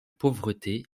pauvreté